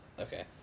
Okay